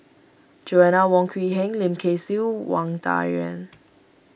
Joanna Wong Quee Heng Lim Kay Siu Wang Dayuan